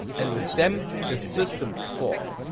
and with them, the system falls.